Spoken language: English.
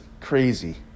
crazy